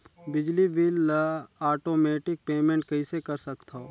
बिजली बिल ल automatic payment कइसे कर सकथव?